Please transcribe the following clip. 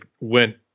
went